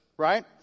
Right